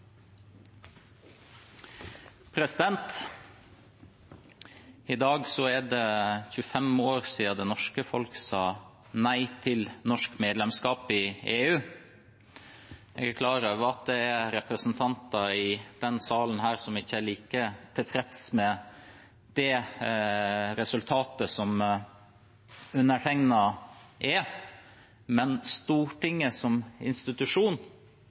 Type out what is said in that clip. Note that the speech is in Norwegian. I dag er det 25 år siden det norske folk sa nei til norsk medlemskap i EU. Jeg er klar over at det er representanter i denne salen som ikke er like tilfreds med det resultatet som undertegnede, men Stortinget som institusjon